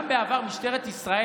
גם בעבר משטרת ישראל,